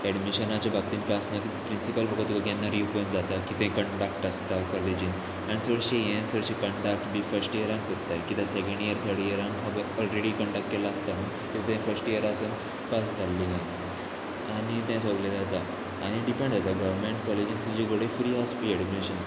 एडमिशनाच्या बाबतीन प्लासना प्रिंसिपल फुडें तुवें केन्ना येवपाक जाता कितें कंडक्ट आसता कॉलेजीन आनी चडशें हें चडशें कंडक्ट बी फस्ट इयरान कोत्ताय किद्या सेकेंड इयर थर्ड इयरान खबर ऑलरेडी कंडक्ट केल्लो आसता सो तें फस्ट इयराचो पास जाल्ली आनी तें सगलें जाता आनी डिपेंड जाता गव्हरमेंट कॉलेजीन तुजे कडेन फ्री आसपी एडमिशन